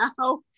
now